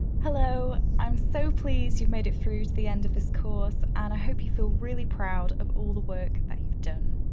hello, i'm so pleased you've made it through the end of this course, and i hope you feel really proud of all the work that you've done.